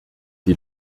die